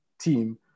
team